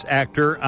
actor